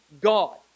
God